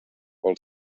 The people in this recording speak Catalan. pel